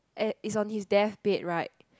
at is on his deathbed right